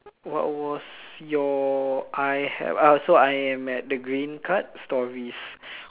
what was your I have I also I am at the green cut stories